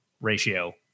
ratio